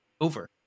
over